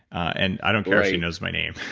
and i don't care if she knows my name.